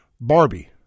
Barbie